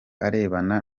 arebana